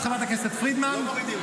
למה אתה לא שואל אותי גם?